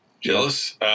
Jealous